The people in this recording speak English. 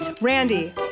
Randy